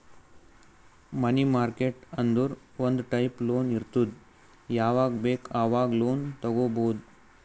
ಮನಿ market ಅಂದುರ್ ಒಂದ್ type loan ಇರ್ತುದ್ ಯಾವಾಗ್ ಬೇಕ್ ಆವಾಗ್ ಲೋನ್ ತಗೊಬೋದ್